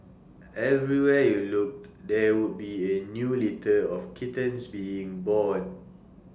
everywhere you looked there would be A new litter of kittens being born